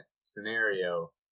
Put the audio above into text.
scenario